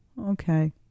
Okay